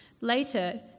Later